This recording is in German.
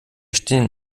stehen